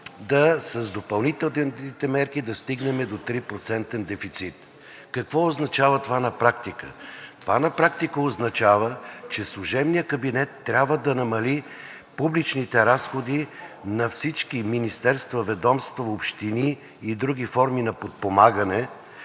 с допълнителните мерки да стигнем до 3%-ен дефицит. Какво означава това на практика? Това на практика означава, че служебният кабинет трябва да намали публичните разходи на всички министерства, ведомства, общини и други форми на подпомагане